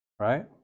right